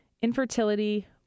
infertility